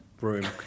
room